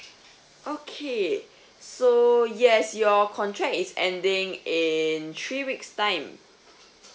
okay so yes your contract is ending in three weeks' time